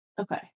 Okay